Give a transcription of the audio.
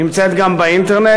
נמצאת גם באינטרנט,